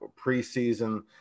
preseason